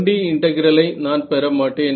1D integral ஐ நான் பெற மாட்டேன்